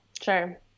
Sure